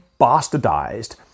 bastardized